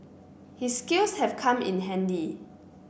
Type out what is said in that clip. his skills have come in handy